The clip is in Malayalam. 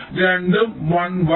തുടക്കത്തിൽ രണ്ടും 1 1